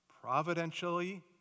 providentially